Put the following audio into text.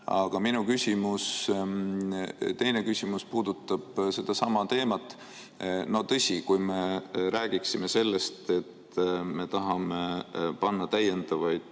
Aga minu küsimus, teine küsimus, puudutab sedasama teemat. Tõsi, kui me räägiksime sellest, et me tahame panna täiendavaid